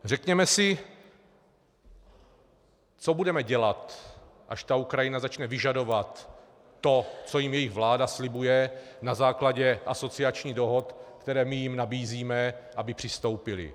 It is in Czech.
Řekněme si, co budeme dělat, až ta Ukrajina začne vyžadovat to, co jim jejich vláda slibuje na základě asociačních dohod, které my jim nabízíme, aby přistoupili.